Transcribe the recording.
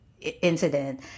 incident